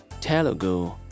Telugu